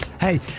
Hey